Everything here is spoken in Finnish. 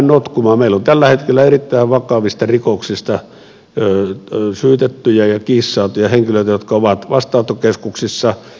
meillä on tällä hetkellä erittäin vakavista rikoksista syytettyjä ja kiinnisaatuja henkilöitä jotka ovat vastaanottokeskuksissa